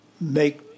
make